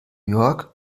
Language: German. york